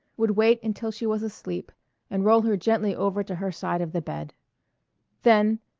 would wait until she was asleep and roll her gently over to her side of the bed then,